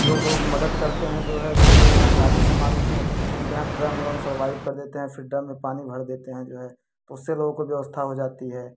जो लोग मदद करते हैं जो है दूसरे के यहाँ शादी समारोह में उनके यहाँ ड्रम ओरम सर्वाइव सर्वाइव कर देते हैं फ़िल्टर में पानी भर देते हैं जो है तो उससे लोगों को व्यवस्था हो जाती है